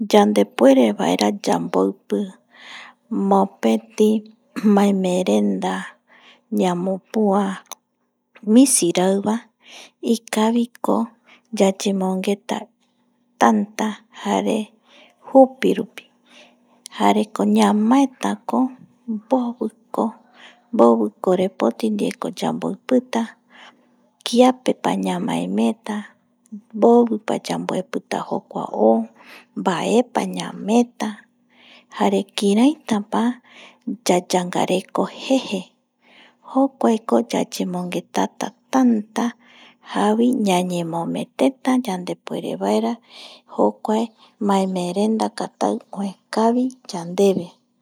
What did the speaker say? Yandepuerevaera yamboipi mopeti maemeerenda ñamopua misi raiva ikaviko yayemongeta tanta jare jupi rupi jareko ñamaetako mboviko, mbovi korepoti ndieko yamboipita kiapepa ñamaemeeta mbovipa yamboepita jokua o mbaepa ñameeta jare kiraitapa yayangareko jeje, jokuaeko yayemongetata tanta javoi ñañemometete ipuerevaera jokua maemeerenda oikavi yandeve